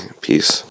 Peace